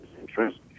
interest